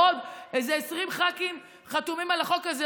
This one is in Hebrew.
ואיזה 20 ח"כים חתומים על החוק הזה,